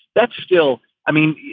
that's still i mean,